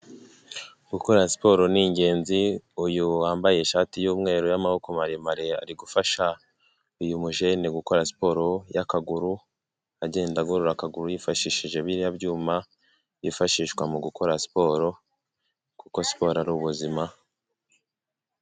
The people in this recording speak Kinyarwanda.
Gukora siporo ni ingenzi, uyu wambaye ishati y'umweru y'amaboko maremare, ari gufasha uyu mujene gukora siporo y'akaguru, agenda agorora akaguru yifashishije biriya byuma, byifashishwa mu gukora siporo kuko siporo ari ubuzima.